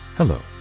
Hello